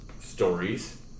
stories